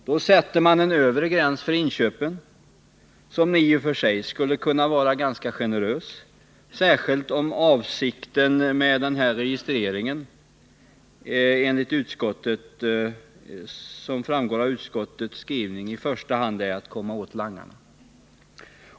Man skulle då kunna sätta gränsen för inköp ganska högt — särskilt mot bakgrund av att utskottet säger att en registrering i första hand skulle motiveras av att man vill komma åt langarna.